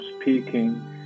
speaking